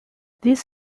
this